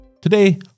Today